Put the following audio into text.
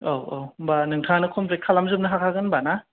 औ औ होमबा नोंथाङानो कमम्लिद खालाम जोबनो हाखागोन होमबा ना